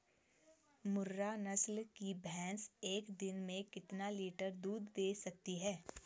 मुर्रा नस्ल की भैंस एक दिन में कितना लीटर दूध दें सकती है?